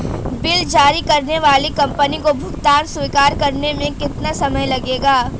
Bill जारी करने वाली कंपनी को भुगतान स्वीकार करने में कितना समय लगेगा?